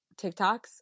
tiktoks